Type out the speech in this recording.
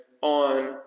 on